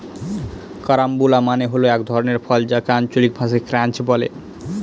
carambola মানে হল এক ধরনের ফল যাকে আঞ্চলিক ভাষায় ক্রাঞ্চ বলে